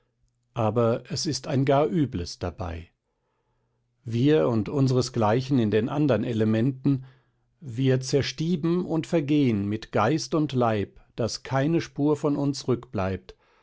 aber es ist ein gar übles dabei wir und unsresgleichen in den andern elementen wir zerstieben und vergehn mit geist und leib daß keine spur von uns